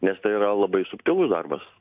nes tai yra labai subtilus darbas